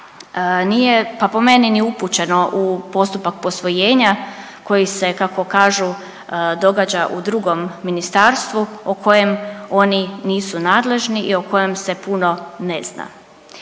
nije pa po meni ni upućeno u postupak posvojenja koji se kako kažu događa u drugom ministarstvu o kojem oni nisu nadležni i o kojem se puno ne zna.